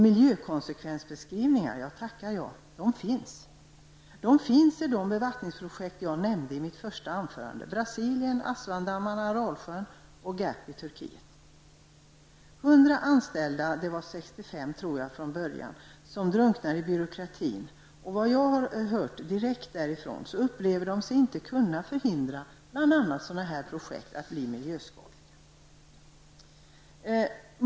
Miljökonsekvensbeskrivningar -- ja, de finns i de bevattningsprojekt som jag nämnde i mitt första anförande. Det gäller Brasilien, Assuandammen, Aralsjön och GAP i Turkiet. Det är 100 anställda -- jag tror att det var 65 från början -- som drunknar i byråkratin. Enligt vad jag har hört direkt från dem upplever de sig inte kunna förhindra att bl.a. sådana här projekt blir miljöskadliga.